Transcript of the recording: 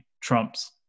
trumps